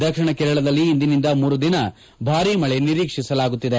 ದಕ್ಷಿಣ ಕೇರಳದಲ್ಲಿ ಇಂದಿನಿಂದ ಮೂರು ದಿನ ಭಾರಿ ಮಳೆ ನಿರೀಕ್ಷಿಸಲಾಗುತ್ತಿದೆ